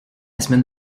semaine